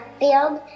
field